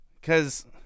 Because-